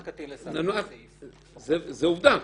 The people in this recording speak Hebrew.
זאת כבר עובדה.